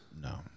No